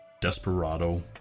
desperado